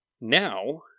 Now